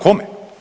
Kome?